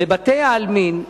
בבתי-העלמין,